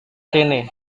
sini